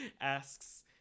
asks